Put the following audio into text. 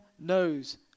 knows